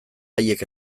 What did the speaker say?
haiek